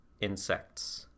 insects